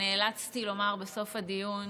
ונאלצתי לומר בסוף הדיון